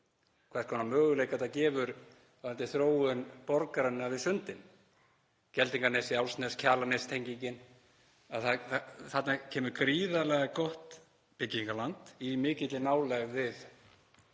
hvers konar möguleika þetta gefur varðandi þróun borgarinnar við sundin. Geldinganesið, Álfsnes, Kjalarnestengingin; þarna kemur gríðarlega gott byggingarland í mikilli nálægð við